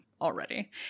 already